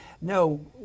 no